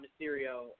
Mysterio